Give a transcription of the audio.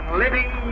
living